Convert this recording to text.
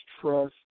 trust